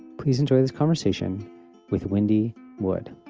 please enjoy this conversation with wendy wood.